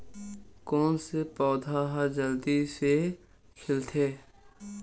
कोन से पौधा ह जल्दी से खिलथे?